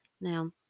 Now